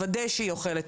לוודא שהיא אוכלת,